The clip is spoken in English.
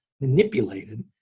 manipulated